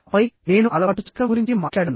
ఆపై నేను అలవాటు చక్రం గురించి మాట్లాడాను